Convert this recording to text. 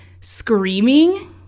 Screaming